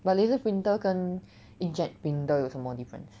but laser printer 跟 inkjet printer 有什么 difference